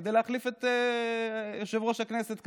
כדי להחליף את יושב-ראש הכנסת כרגע,